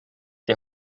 die